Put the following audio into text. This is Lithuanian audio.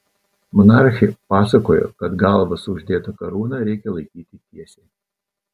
monarchė pasakojo kad galvą su uždėta karūna reikia laikyti tiesiai